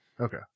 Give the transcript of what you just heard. Okay